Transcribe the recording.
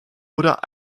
oder